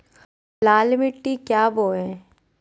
लाल मिट्टी क्या बोए?